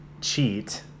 cheat